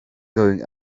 going